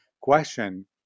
question